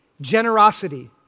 generosity